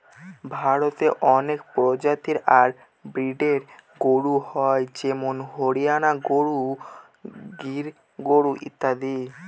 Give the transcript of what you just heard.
ভারতে অনেক প্রজাতি আর ব্রিডের গরু হয় যেমন হরিয়ানা গরু, গির গরু ইত্যাদি